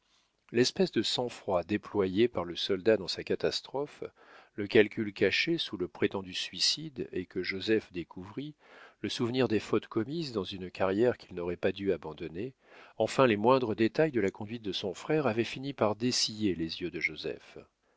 l'espèce de sang-froid déployé par le soldat dans sa catastrophe le calcul caché sous le prétendu suicide et que joseph découvrit le souvenir des fautes commises dans une carrière qu'il n'aurait pas dû abandonner enfin les moindres détails de la conduite de son frère avaient fini par dessiller les yeux de joseph